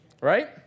Right